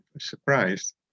surprised